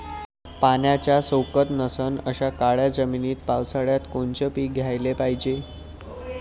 पाण्याचा सोकत नसन अशा काळ्या जमिनीत पावसाळ्यात कोनचं पीक घ्याले पायजे?